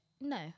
no